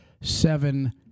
seven